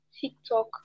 TikTok